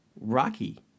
Rocky